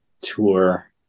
tour